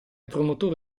promotore